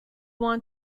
want